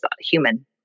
human